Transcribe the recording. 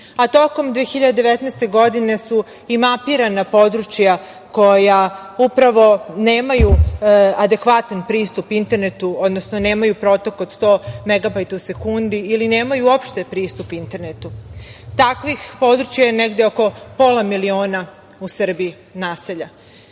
a tokom 2019. godine, su i mapirana područja koja upravo nemaju adekvatan pristup internetu, odnosno nemaju protok od 100MV u sekundi, ili nemaju uopšte pristup internetu. Takvih područja je negde oko pola miliona u Srbiji naselja. Da